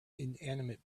inanimate